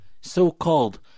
so-called